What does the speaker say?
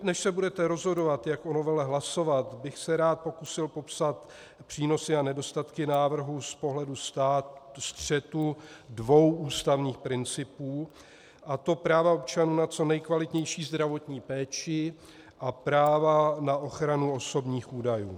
Než se budete rozhodovat, jak o novele hlasovat, rád bych se pokusil popsat přínosy a nedostatky návrhu z pohledu střetu dvou ústavních principů, a to práva občanů na co nejkvalitnější zdravotní péči a práva na ochranu osobních údajů.